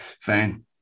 fine